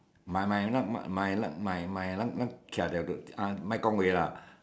my my you know my like my my hokkien